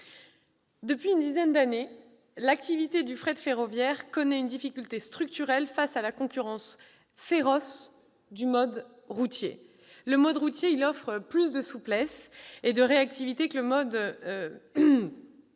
Depuis une dizaine d'années, l'activité de fret ferroviaire connaît une difficulté structurelle face à la concurrence féroce du mode routier. Ce dernier offre plus de souplesse et de réactivité que le mode ferroviaire.